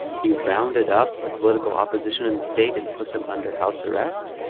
he rounded up the political opposition in the state and put them under house arrest.